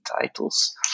titles